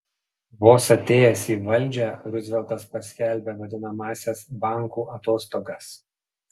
vos atėjęs į valdžią ruzveltas paskelbė vadinamąsias bankų atostogas